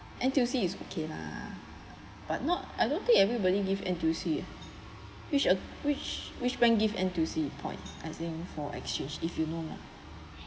N_T_U_C is okay lah but not I don't think everybody give N_T_U_C which uh which which bank give N_T_U_C points as in for exchange if you know